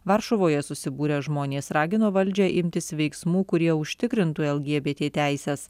varšuvoje susibūrę žmonės ragino valdžią imtis veiksmų kurie užtikrintų lgbt teises